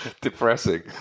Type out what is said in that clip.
Depressing